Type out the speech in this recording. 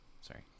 Sorry